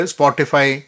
Spotify